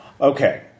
Okay